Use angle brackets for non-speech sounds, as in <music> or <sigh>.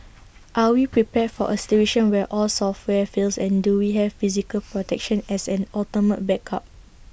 <noise> are we prepared for A situation where all software fails and do we have physical protection as an ultimate backup